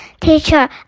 Teacher